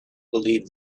believed